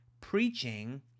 preaching